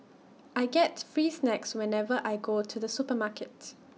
I get free snacks whenever I go to the supermarkets